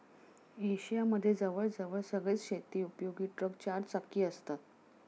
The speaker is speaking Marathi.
एशिया मध्ये जवळ जवळ सगळेच शेती उपयोगी ट्रक चार चाकी असतात